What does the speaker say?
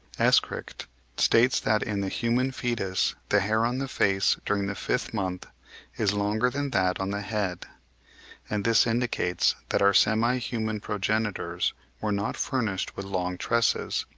eschricht states that in the human foetus the hair on the face during the fifth month is longer than that on the head and this indicates that our semi-human progenitors were not furnished with long tresses,